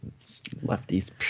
Lefties